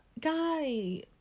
guy